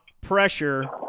pressure